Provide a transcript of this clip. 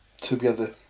together